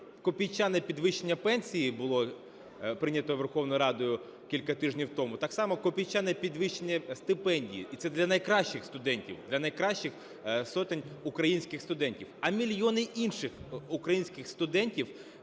копійчане підвищення пенсій було прийнято Верховною Радою кілька тижнів тому, так само копійчане підвищення стипендій. І це для найкращих студентів, для найкращих сотень українських студентів. А мільйони інших українських студентів